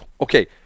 okay